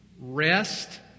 rest